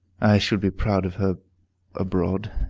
should be proud of her abroad.